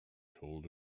told